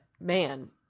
man